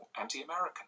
anti-American